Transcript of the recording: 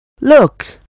Look